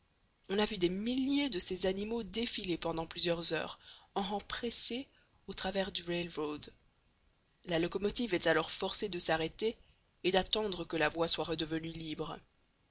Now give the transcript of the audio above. on a vu des milliers de ces animaux défiler pendant plusieurs heures en rangs pressés au travers du rail road la locomotive est alors forcée de s'arrêter et d'attendre que la voie soit redevenue libre